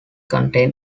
contain